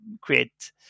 create